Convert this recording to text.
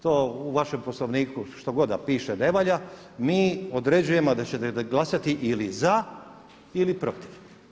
To u vašem Poslovniku što god da piše ne valja, mi određujemo da ćete glasati ili za ili protiv.